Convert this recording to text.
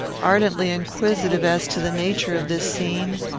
ardently inquisitive as to the nature of this scene,